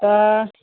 दा